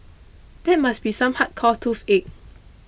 that must be some hardcore toothache